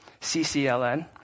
CCLN